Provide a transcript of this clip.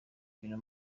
ibintu